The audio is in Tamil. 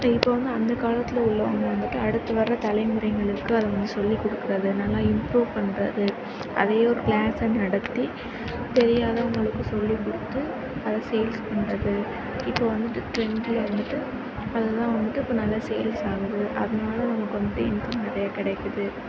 இப்போ வந்து அந்த காலத்தில் உள்ளவங்க வந்துட்டு அடுத்து வர தலைமுறைங்களுக்கு அதை வந்து சொல்லிக் கொடுக்கறது என்னன்னா இம்போர்ட் பண்ணுறது அதே ஒரு க்ளாஸாக நடத்தி தெரியாதவர்களுக்கும் சொல்லிக் கொடுத்து அதை சேல்ஸ் பண்ணுறது இப்போ வந்துட்டு ட்ரெண்டில் வந்துட்டு அது தான் வந்துட்டு இப்போ நல்ல சேல்ஸ் ஆகுது அதனாலே நமக்கு வந்து இன்கம் நிறையா கிடைக்குது